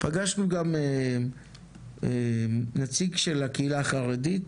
פגשנו גם נציג של הקהילה החרדית,